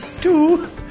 two